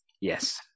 Yes